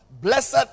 Blessed